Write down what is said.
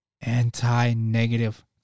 anti-negative